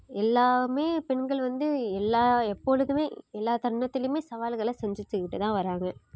எல்லாமே பெண்கள் வந்து எல்லா எப்பொழுதுமே எல்லா தருணத்திலையுமே சவால்களை சந்திச்சுக்கிட்டுதான் வராங்க